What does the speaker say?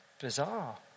bizarre